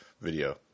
video